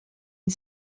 une